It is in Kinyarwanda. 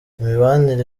imibanire